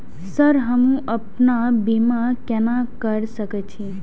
Sir हमू अपना बीमा केना कर सके छी?